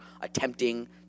attempting